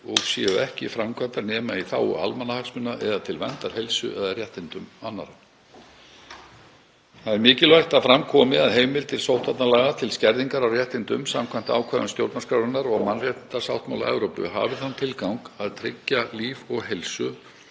og séu ekki framkvæmdar nema í þágu almannahagsmuna eða til verndar heilsu eða réttindum annarra. Það er mikilvægt að fram komi að heimildir sóttvarnalaga til skerðingar á réttindum, samkvæmt ákvæðum stjórnarskrárinnar og mannréttindasáttmála Evrópu, hafi þann tilgang að tryggja líf og heilsu